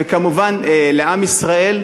וכמובן לעם ישראל,